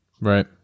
right